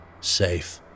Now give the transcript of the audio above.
Safe